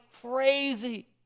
crazy